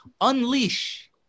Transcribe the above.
unleash